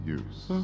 use